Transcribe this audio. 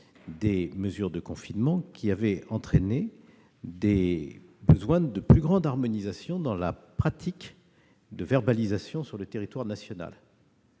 des mesures de confinement avaient entraîné le besoin d'une plus grande harmonisation dans la pratique de verbalisation sur le territoire national